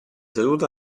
sedute